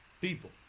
people